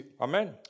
Amen